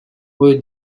why